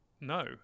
no